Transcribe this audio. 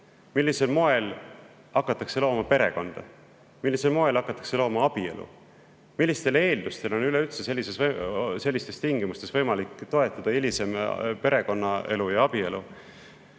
Millisel moel hakatakse looma perekonda? Millisel moel hakatakse looma abielu? Millistel eeldustel on üleüldse sellistes tingimustes võimalik toetada hilisemat perekonnaelu ja abielu?